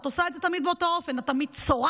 ואת עושה את זה תמיד באותו אופן: את תמיד צורחת,